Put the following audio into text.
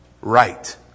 right